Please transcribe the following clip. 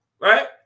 Right